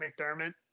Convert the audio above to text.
mcdermott